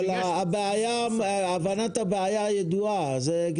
הבעיה ידועה והיא מובנת.